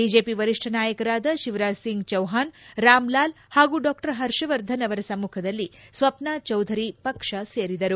BJP ವರಿಷ್ಠ ನಾಯಕರಾದ ಶಿವರಾಜ್ ಸಿಂಗ್ ಚೌಹಾಣ್ ರಾಮ್ಲಾಲ್ ಹಾಗೂ ಡಾ ಹರ್ಷವರ್ಧನ್ ಅವರ ಸಮ್ಮಖದಲ್ಲಿ ಸ್ವಸ್ನ ಚೌಧರಿ ಪಕ್ಷ ಸೇರಿದರು